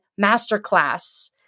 Masterclass